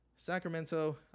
Sacramento